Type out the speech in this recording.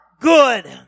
good